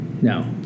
No